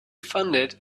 funded